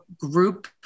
group